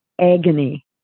agony